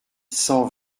cent